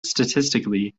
statistically